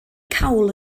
cawl